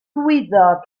wyddor